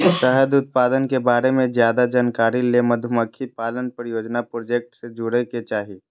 शहद उत्पादन के बारे मे ज्यादे जानकारी ले मधुमक्खी पालन परियोजना प्रोजेक्ट से जुड़य के चाही